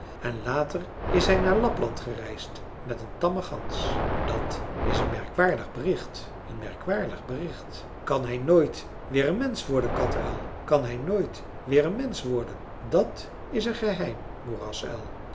en later is hij naar lapland gereisd met een tamme gans dat is een merkwaardig bericht een merkwaardig bericht kan hij nooit weer een mensch worden katuil kan hij nooit weer een mensch worden dat is een geheim